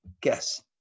Guess